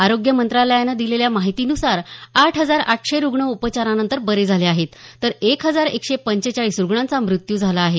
आरोग्य मंत्रालयानं दिलेल्या माहितीनुसार आठ हजार आठशे रुग्ण उपचारानंतर बरे झाले आहेत तर एक हजार एकशे पंचेचाळीस रुग्णांचा मृत्यू झाला आहे